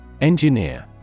Engineer